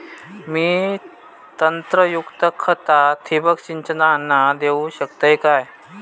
मी नत्रयुक्त खता ठिबक सिंचनातना देऊ शकतय काय?